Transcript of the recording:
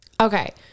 okay